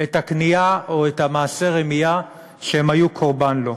את הקנייה או את מעשה הרמייה שהם היו קורבן לו.